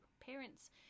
Parents